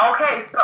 okay